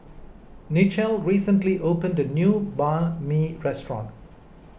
Nichelle recently opened a new Banh Mi restaurant